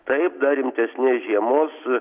taip dar rimtesnės žiemos